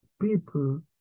people